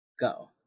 go